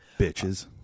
bitches